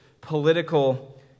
political